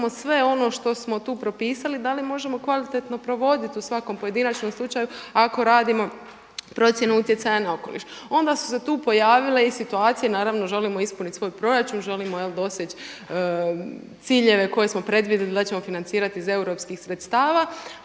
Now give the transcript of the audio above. sve ono što smo tu propisali, da li možemo kvalitetno provoditi u svakom pojedinačnom slučaju ako radimo procjenu utjecaja na okoliš. Onda su se tu pojavile i situacije naravno želimo ispuniti svoj proračun, želimo doseći ciljeve koje smo predvidjeli da ćemo financirati iz europskih sredstava.